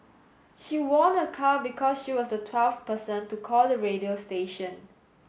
she won a car because she was the twelfth person to call the radio station